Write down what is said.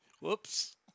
Whoops